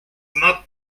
not